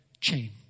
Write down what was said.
chain